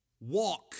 walk